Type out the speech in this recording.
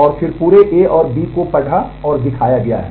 और फिर पूरे A और B को पढ़ा और दिखाया गया है